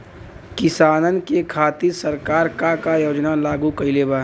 किसानन के खातिर सरकार का का योजना लागू कईले बा?